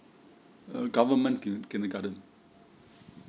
a government kin~ kindergarten